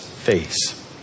face